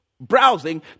browsing